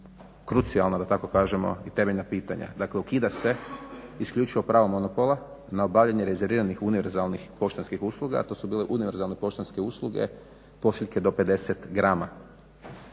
krucijalna da tako kažemo i temeljna pitanja. Dakle ukida se isključivo pravo monopola na obavljanje rezerviranih univerzalnih poštanskih usluga, a to su bile univerzalne poštanske usluge, pošiljke do 50 grama.